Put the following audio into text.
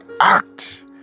act